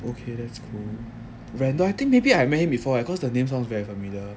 okay that's cool rendall I think maybe I met him before eh cause the name sounds very familiar